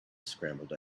scrambled